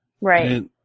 Right